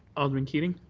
alderman keating.